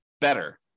better